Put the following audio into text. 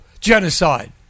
genocide